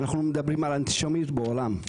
אנחנו מדברים על אנטישמיות בעולם,